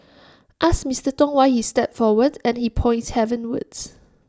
ask Mister Tong why he stepped forward and he points heavenwards